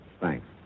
Thanks